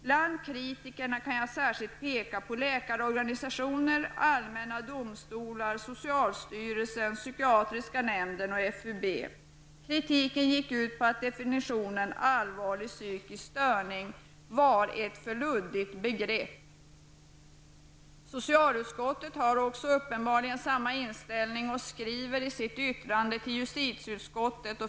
Bland kritikerna kan jag särskilt framhålla läkarorganisationer, allmänna domstolar, socialstyrelsen, psykiatriska nämnden och FUB. Kritiken gick ut på att definitionen allvarlig psykisk störning var ett för luddigt begrepp. Socialutskottet har uppenbarligen också samma inställning och har skrivit ett yttrande till justitieutskottet.